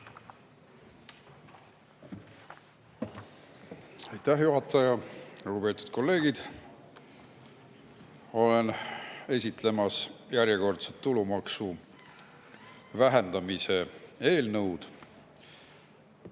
Aitäh, juhataja! Lugupeetud kolleegid! Esitlen järjekordset tulumaksu vähendamise eelnõu.